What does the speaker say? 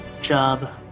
job